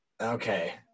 Okay